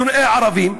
שונאי ערבים,